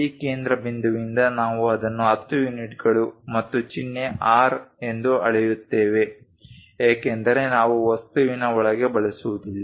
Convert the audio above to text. ಈ ಕೇಂದ್ರಬಿಂದುವಿನಿಂದ ನಾವು ಅದನ್ನು 10 ಯೂನಿಟ್ಗಳು ಮತ್ತು ಚಿಹ್ನೆ R ಎಂದು ಅಳೆಯುತ್ತೇವೆ ಏಕೆಂದರೆ ನಾವು ವಸ್ತುವಿನ ಒಳಗೆ ಬಳಸುವುದಿಲ್ಲ